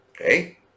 Okay